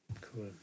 Cool